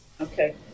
Okay